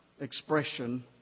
expression